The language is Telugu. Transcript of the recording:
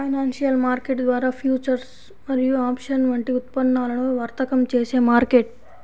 ఫైనాన్షియల్ మార్కెట్ ద్వారా ఫ్యూచర్స్ మరియు ఆప్షన్స్ వంటి ఉత్పన్నాలను వర్తకం చేసే మార్కెట్